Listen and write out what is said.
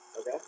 Okay